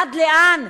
עד לאן?